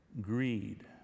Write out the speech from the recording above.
Greed